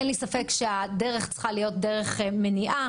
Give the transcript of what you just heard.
אין לי ספק שהדרך צריכה להיות דרך מניעה,